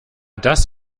das